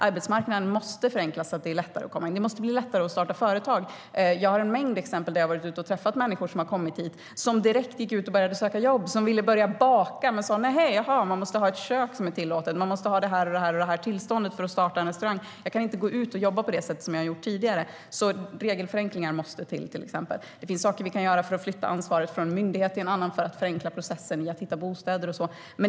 Arbetsmarknaden måste förenklas så att det blir lättare att komma in, och det måste bli lättare att starta företag. Jag har en mängd exempel från när jag har varit ute och träffat människor. Människor har kommit hit och direkt gått ut och börjat söka jobb, människor som ville börja baka men sa: Jaha, man måste ha ett kök som är tillåtet, och man måste ha det här och det här tillståndet för att starta en restaurang - jag kan inte gå ut och jobba på det sätt jag har gjort tidigare. Regelförenklingar måste alltså till, exempelvis. Det finns saker vi kan göra för att flytta ansvaret från en myndighet till en annan, för att förenkla processen med att hitta bostäder och så.